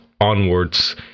onwards